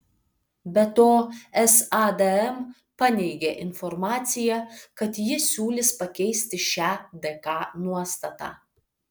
be to sadm paneigė informaciją kad ji siūlys pakeisti šią dk nuostatą